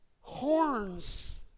horns